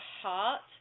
heart